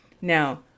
Now